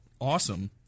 awesome